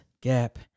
gap